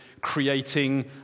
creating